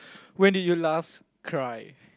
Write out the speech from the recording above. when did you last cry